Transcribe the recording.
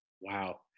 Wow